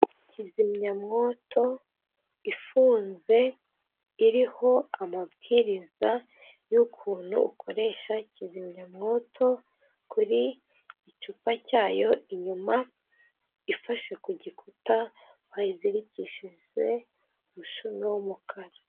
Kizimyamwoto, ifunze, iriho amabwiriza y'ukuntu ukoresha kizimyamwoto, ku gicupa cyayo inyuma, ifashe ku gikuta, bayizirikishije umushumi w'umukara.